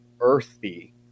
earthy